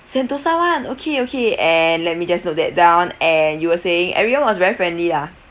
sentosa one okay okay and let me just note that down and you were saying everyone was very friendly lah